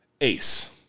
Ace